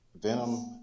venom